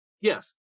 yes